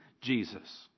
Jesus